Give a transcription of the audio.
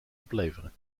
opleveren